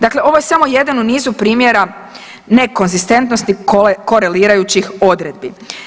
Dakle, ovo je samo jedan u nizu primjera nekonzistentnosti korelirajućih odredbi.